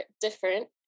different